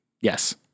Yes